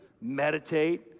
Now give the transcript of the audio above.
Meditate